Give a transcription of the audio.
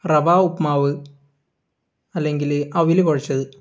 റവ ഉപ്പുമാവ് അല്ലെങ്കിൽ അവിൽ കുഴച്ചത്